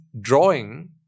drawing